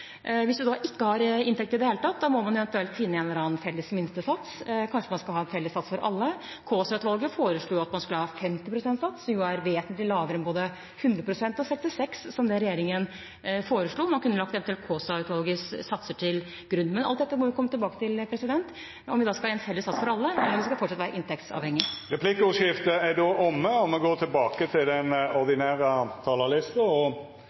Hvis man ikke har inntekt i det hele tatt, må man eventuelt finne en eller annen felles minstesats. Kanskje man skal ha en felles sats for alle. Kaasa-utvalget foreslo at man skulle ha 50 pst. sats, som er vesentlig lavere enn både 100 pst. og 66 pst., slik regjeringen foreslo. Man kunne eventuelt ha lagt Kaasa-utvalgets satser til grunn. Men alt dette må vi komme tilbake til – om vi skal ha en felles sats for alle, eller om det fortsatt skal være inntektsavhengig. Replikkordskiftet er omme. Dei talarane som heretter får ordet, har ei taletid på inntil 3 minutt. Det er vanskelig å